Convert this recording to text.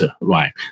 right